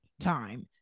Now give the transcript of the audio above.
time